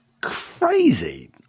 crazy